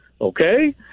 Okay